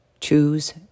Choose